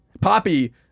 Poppy